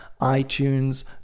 iTunes